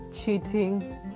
cheating